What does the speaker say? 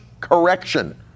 correction